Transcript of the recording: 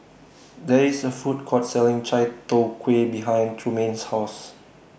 There IS A Food Court Selling Chai Tow Kway behind Trumaine's House